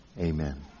Amen